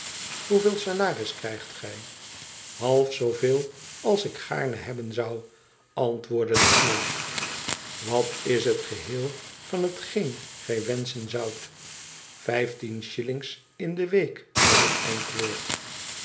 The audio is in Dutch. hoeveel salaris krijgt ge i half zooveel als ik gaarne hebben zou antwoordde de knaap wat is het geheel van hetgeen gij wenschen zoudt vijftien shillings in de week was het antwoord